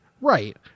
Right